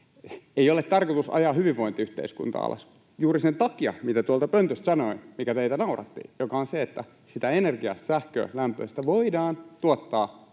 Ei ole tarkoitus ajaa hyvinvointiyhteiskuntaa alas — juuri sen takia, mitä tuolta pöntöstä sanoin ja mikä teitä nauratti, joka on se, että sitä energiaa, sähköä ja lämpöä, voidaan tuottaa